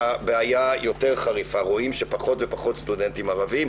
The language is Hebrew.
הבעיה יותר חריפה רואים פחות ופחות סטודנטים ערביים.